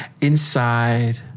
inside